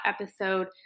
episode